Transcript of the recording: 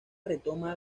retoma